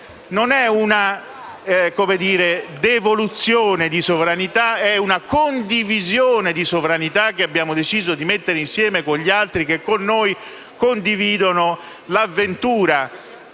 Non è una devoluzione di sovranità, ma una condivisione della sovranità che abbiamo deciso di mettere insieme con gli altri che con noi condividono l'avventura